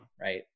right